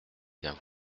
bien